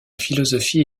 philosophie